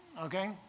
okay